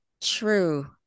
True